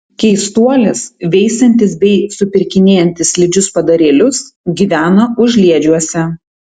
keistuolis veisiantis bei supirkinėjantis slidžius padarėlius gyvena užliedžiuose